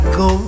go